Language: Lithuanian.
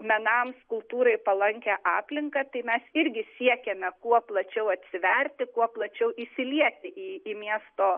menams kultūrai palankią aplinką tai mes irgi siekiame kuo plačiau atsiverti kuo plačiau įsilieti į į miesto